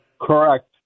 Correct